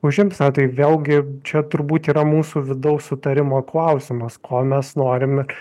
užims na tai vėlgi čia turbūt yra mūsų vidaus sutarimo klausimas ko mes norim ir